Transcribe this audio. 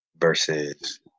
versus